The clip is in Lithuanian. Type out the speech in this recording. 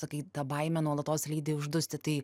sakai ta baimė nuolatos lydi uždusti tai